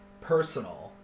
personal